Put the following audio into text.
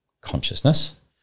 consciousness